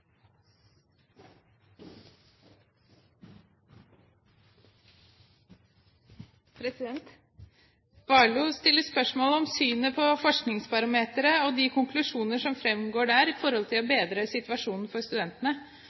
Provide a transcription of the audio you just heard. stiller spørsmål om synet på Forskningsbarometeret og de konklusjoner som framgår der i forhold til å bedre situasjonen for studentene.